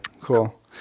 cool